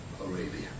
Arabia